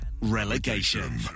relegation